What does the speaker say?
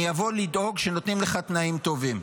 אני אבוא לדאוג שנותנים לך תנאים טובים.